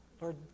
lord